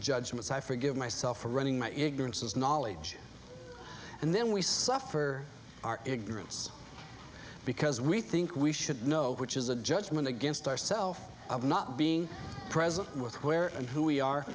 judgments i forgive myself for running my ignorance is knowledge and then we suffer our ignorance because we think we should know which is a judgment against our self of not being present with where and who we are